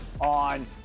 on